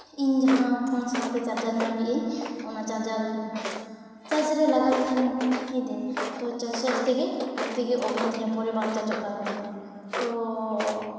ᱤᱧ ᱡᱟᱦᱟᱸ ᱯᱷᱳᱱ ᱥᱟᱶᱛᱮ ᱪᱟᱨᱡᱟᱨ ᱧᱟᱢ ᱞᱤᱫᱟᱹᱧ ᱚᱱᱟ ᱪᱟᱨᱡᱟᱨ ᱪᱟᱨᱡᱽ ᱨᱮ ᱞᱟᱜᱟᱣ ᱞᱤᱫᱟᱹᱧ ᱢᱤᱫ ᱫᱤᱱ ᱛᱳ ᱪᱟᱨᱡᱽ ᱪᱟᱨᱡᱽ ᱛᱮᱜᱮ ᱟᱡ ᱛᱮᱜᱮ ᱚᱯᱷ ᱮᱱ ᱛᱤᱧᱟᱹ ᱯᱚᱨᱮ ᱵᱟᱝ ᱪᱟᱨᱡᱚᱜ ᱠᱟᱱ ᱛᱤᱧᱟᱹ ᱛᱳ